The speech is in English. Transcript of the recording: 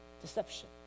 deception